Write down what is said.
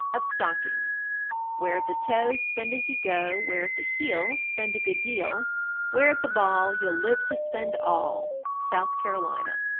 of stockings wear at the toe, spend as you go wear at the heel, spend a good deal wear at the ball, you'll live to spend all. south carolina.